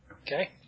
Okay